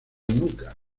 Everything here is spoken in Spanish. nunca